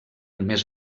més